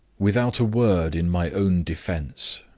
without a word in my own defense,